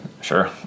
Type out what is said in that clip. Sure